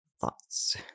thoughts